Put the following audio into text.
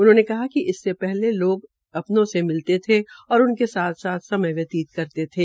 उन्होंने कहा कि इससे लोग अपनों से मिलते थे और उनके साथ साथ व्यतीत करते थे